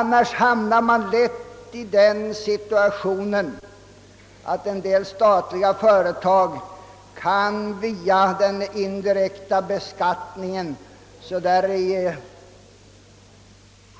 Annars råkar man lätt i den situationen, att vissa statliga företag genom den indirekta beskattningen, så där i